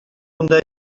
унта